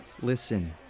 Listen